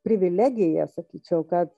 privilegiją sakyčiau kad